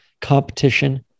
competition